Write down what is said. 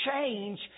change